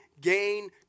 gain